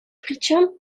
причем